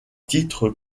titre